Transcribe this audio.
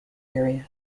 area